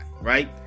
right